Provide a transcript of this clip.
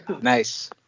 Nice